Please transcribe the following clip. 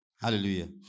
Hallelujah